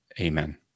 Amen